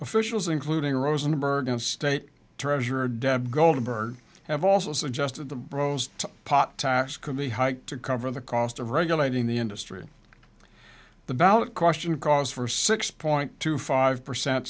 officials including rosenberg and state treasurer deb goldberg have also suggested the rose potash could be hiked to cover the cost of regulating the industry the ballot question cause for six point two five percent